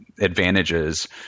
advantages